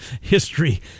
history